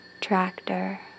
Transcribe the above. tractor